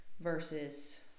versus